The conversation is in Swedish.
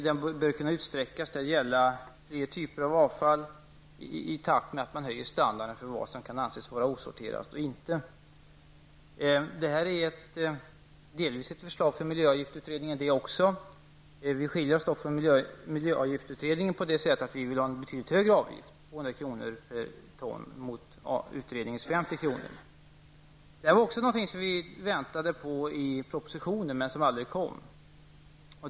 Den bör kunna utsträckas till att gälla fler typer av avfall i takt med att man höjer standarden beträffande vad som kan anses vara osorterat resp. sorterat. Detta är delvis också ett förslag från miljöavgiftsutredningen. Vi skiljer oss dock från miljöavgiftsutredningen; på så sätt att vi vill ha en betydligt högre avgift, 200 kr. per ton mot utredningens 50 kr. per ton. Detta är också något som vi väntat oss i propositionen, men det kom aldrig.